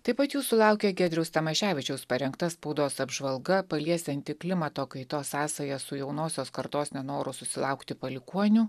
taip pat jūsų laukia giedriaus tamoševičiaus parengta spaudos apžvalga paliesianti klimato kaitos sąsają su jaunosios kartos nenoru susilaukti palikuonių